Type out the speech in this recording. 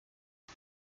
die